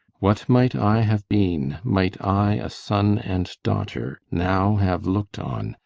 what might i have been, might i a son and daughter now have look'd on,